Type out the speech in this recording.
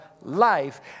life